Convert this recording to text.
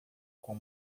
com